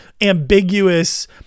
ambiguous